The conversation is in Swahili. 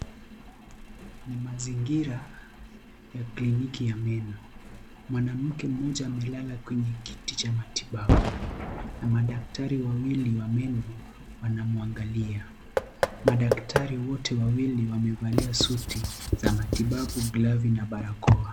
Ni mazigira ya kliniki ya meno. Mwanamke mmoja amelala kwenye kiti cha matibabu na madaktari wawili wa meno wanamwangalia. Madaktari wote wamevalia suti za matibabu, glavu na barakoa.